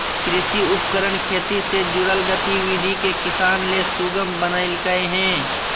कृषि उपकरण खेती से जुड़ल गतिविधि के किसान ले सुगम बनइलके हें